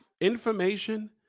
Information